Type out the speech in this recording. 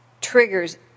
triggers